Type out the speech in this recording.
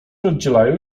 oddzielają